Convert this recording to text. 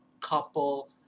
couple